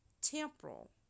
temporal